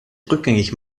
rückgängig